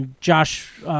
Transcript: Josh